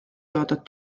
toodud